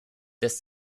des